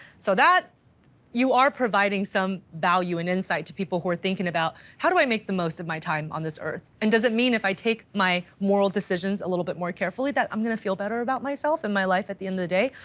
so that you are providing some value and insight to people who are thinking about how do i make the most of my time on this earth? and does it mean if i take my moral decisions a little bit more carefully, that i'm gonna feel better about myself in my life at the end of the day?